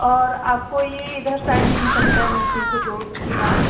और आपको ये इधर साइड मिल सकता है नरसिंहपुर रोड के पास